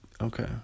Okay